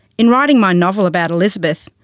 in writing my novel about elizabeth,